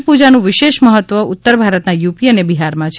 છઠ પુજાનું વિશેષ મહત્વ ઉત્તર ભારતના યુપી અને બિહારમાં છે